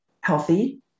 healthy